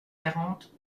quarante